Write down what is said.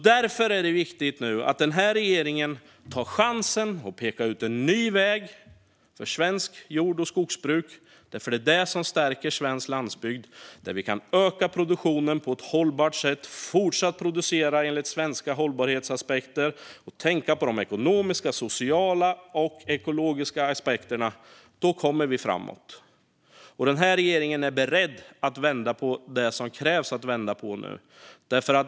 Därför är det nu viktigt att den här regeringen tar chansen att peka ut en ny väg för svenskt jord och skogsbruk. Det är det som stärker svensk landsbygd. Då kan vi öka produktionen på ett hållbart sätt, fortsätta producera enligt svenska hållbarhetsaspekter och tänka på de ekonomiska, sociala och ekologiska aspekterna. Då kommer vi framåt. Den här regeringen är beredd att vända på det som nu behöver vändas på.